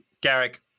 garrick